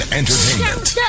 entertainment